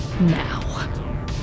now